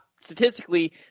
statistically